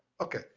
Okay